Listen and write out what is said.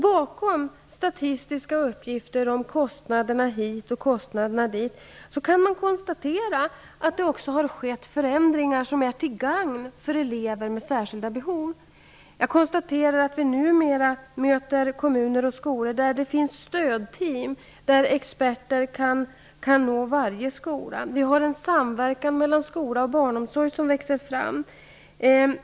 Bakom statistiska uppgifter om kostnaderna hit och kostnaderna dit kan man konstatera att det också har skett förändringar som är till gagn för elever med särskilda behov. Jag konstaterar att vi numera möter kommuner och skolor där det finns stödteam. Experter kan nå varje skola. En samverkan mellan skola och barnomsorg växer fram.